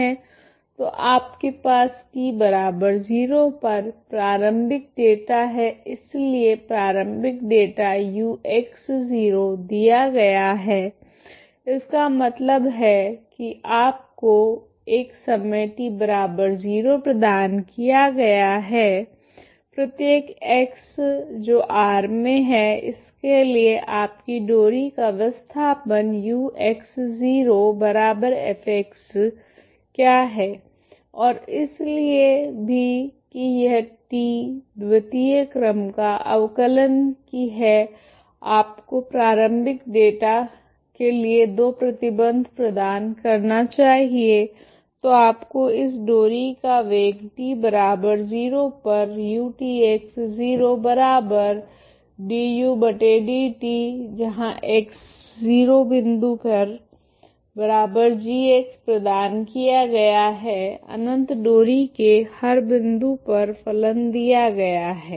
तो आपके पास t 0 पर प्रारंभिक डेटा है इसलिए प्रारंभिक डेटा ux0 दिया गया है इसका मतलब है कि आपको एक समय t0 प्रदान किया गया हैं प्रत्येक x ∈ R के लिए आपकी डोरी का विस्थापन u x 0f क्या है और इसलिए भी कि यह t द्वतीय क्रम का अवकलन की है आपको प्रारंभिक डेटा के लिए दो प्रतिबंध प्रदान करना चाहिए तो आपको इस डोरी का वेग t0 पर प्रदान किया गया हैअनंत डोरी के हर बिंदु पर फलन दिया गया हैं